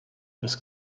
bez